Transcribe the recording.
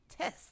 test